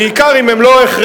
בעיקר אם הן לא הכרחיות,